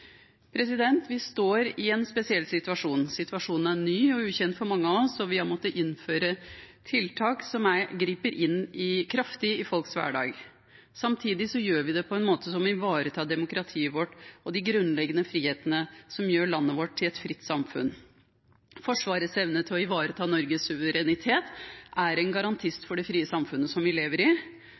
Vi står i en spesiell situasjon. Situasjonen er ny og ukjent for mange av oss, og vi har måttet innføre tiltak som griper kraftig inn i folks hverdag. Samtidig gjør vi det på en måte som ivaretar demokratiet vårt og de grunnleggende frihetene som gjør landet vårt til et fritt samfunn. Forsvarets evne til å ivareta Norges suverenitet er en garantist for det frie samfunnet som vi lever i.